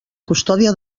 custòdia